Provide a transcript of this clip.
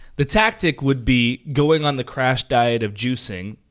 the tactic would be, going on the crash diet of juicing.